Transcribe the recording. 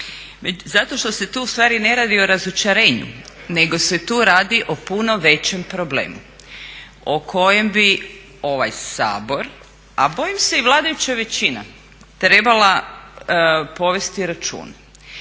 Zato što se tu ustvari ne radi o razočaranju nego se tu radi o puno većem problemu o kojem bi ovaj Sabor, a bojim se i vladajuća većina trebala povesti računa.